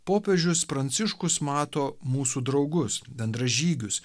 popiežius pranciškus mato mūsų draugus bendražygius